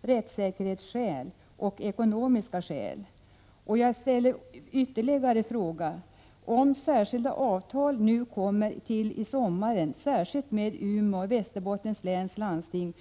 Jag vill dessutom fråga om det blir särskilda avtal till sommaren för Prot. 1986/87:129 Västerbottens och Östergötlands läns landsting,